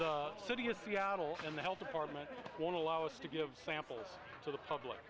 the city has seattle in the health department won't allow us to give samples to the public